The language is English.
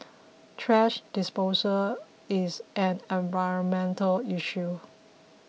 thrash disposal is an environmental issue